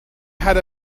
had